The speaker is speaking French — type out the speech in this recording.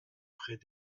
près